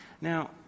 Now